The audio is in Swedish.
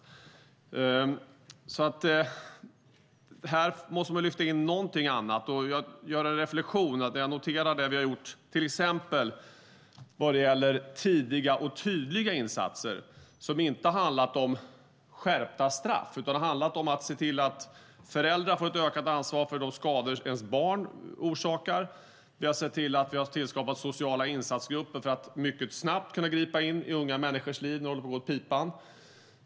Här måste man lyfta in något annat. Jag gör en reflexion och noterar det vi har gjort till exempel vad gäller tidigare och tydliga insatser. Det har inte handlat om skärpta straff utan om att se till att föräldrar får ökat ansvar för de skador som deras barn orsakar. Vi har sett till att skapa sociala insatsgrupper för att mycket snabbt kunna gripa in i unga människors liv när det håller på att gå åt pipan.